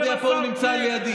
דיברתם על כסף,